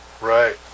Right